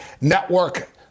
Network